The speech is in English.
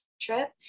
Trip